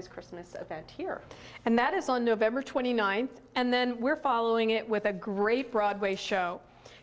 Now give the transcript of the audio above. his christmas event here and that is on november twenty ninth and then we're following it with a great broadway show